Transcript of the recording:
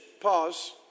pause